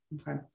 Okay